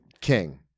king